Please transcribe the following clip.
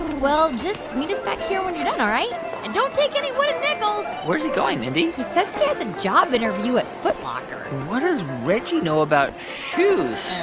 well, just meet us back here when you're done, all right? and don't take any wooden nickels where's he going, mindy? he says he has a job interview at foot locker what does reggie know about shoes?